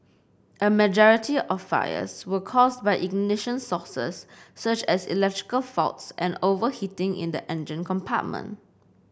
a majority of fires were caused by ignition sources such as electrical faults and overheating in the engine compartment